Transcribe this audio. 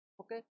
okay